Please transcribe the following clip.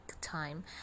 time